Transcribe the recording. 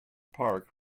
park